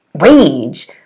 rage